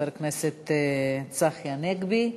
חבר הכנסת צחי הנגבי.